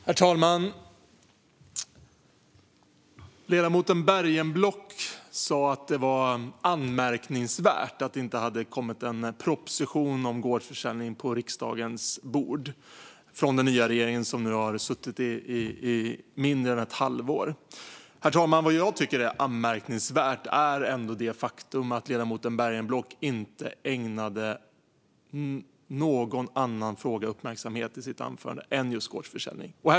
Herr talman! Ledamoten Bergenblock sa att det var anmärkningsvärt att det inte hade kommit en proposition om gårdsförsäljning på riksdagens bord från den nya regeringen, som nu har suttit i mindre än ett halvår. Vad jag tycker är anmärkningsvärt, herr talman, är det faktum att ledamoten Bergenblock inte ägnade någon annan fråga än gårdsförsäljning uppmärksamhet i sitt anförande.